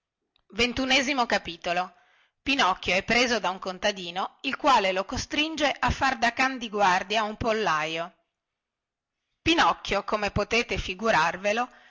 del vicinato pinocchio è preso da un contadino il quale lo costringe a far da can da guardia a un pollaio pinocchio come potete figurarvelo